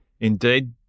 Indeed